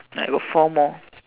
I've got four more